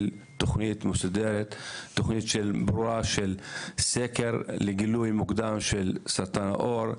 תוכנית מסודרת וברורה של סקר לגילוי מוקדם של סרטן העור,